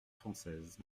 française